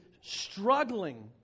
struggling